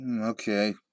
Okay